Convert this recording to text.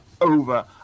over